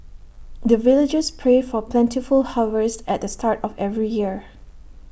the villagers pray for plentiful harvest at the start of every year